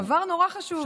זה דבר נורא חשוב בעיניי.